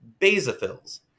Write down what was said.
basophils